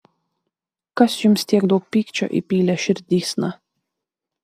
kas jums tiek daug pykčio įpylė širdysna